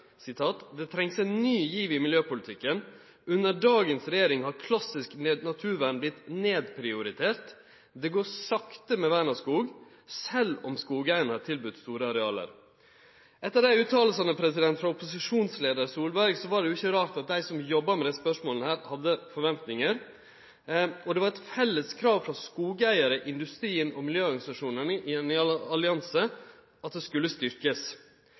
ny giv i miljøpolitikken. Under dagens regjering har klassisk naturvern blitt nedprioritert. Det går sakte med vern av skog, selv om skogeierne har tilbudt store arealer.» Etter desse utsegnene frå opposisjonsleiar Solberg er det ikkje rart at dei som jobbar med desse spørsmåla, hadde forventningar. Det var eit felles krav frå skogeigarar, industrien og miljøorganisasjonane – i ein allianse – om at det skulle styrkast.